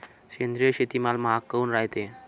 सेंद्रिय शेतीमाल महाग काऊन रायते?